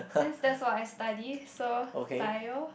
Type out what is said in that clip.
since that's what I study so bio